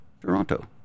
Toronto